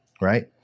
Right